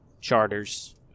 charters